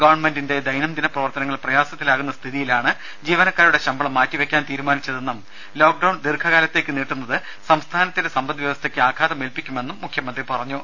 ഗവൺമെന്റിന്റെ ദൈനംദിന പ്രവർത്തനങ്ങൾ പ്രയാസത്തിലാകുന്ന സ്ഥിതിയിലാണ് ജീവനക്കാരുടെ ശമ്പളം മാറ്റിവയ്ക്കാൻ തീരുമാനിച്ചതെന്നും ലോക്ഡൌൺ ദീർഘകാലത്തേക്ക് നീട്ടുന്നത് സംസ്ഥാനത്തിന്റെ വ്യവസ്ഥയ്ക്ക് സമ്പദ് ആഘാതമേൽപ്പിക്കുമെന്നും മുഖ്യമന്ത്രി പറഞ്ഞു